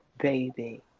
baby